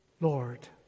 Lord